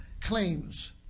claims